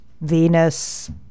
Venus